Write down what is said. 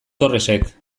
torresek